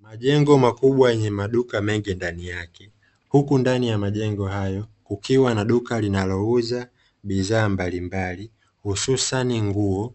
Majengo makubwa yenye maduka mengi ndani yake, huku ndani ya majengo hayo kukiwa na duka linalouza bidhaa mbalimbali, hususani nguo,